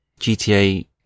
GTA